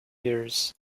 years